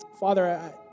Father